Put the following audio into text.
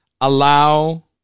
Allow